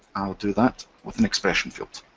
i'll do that with an expression field.